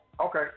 Okay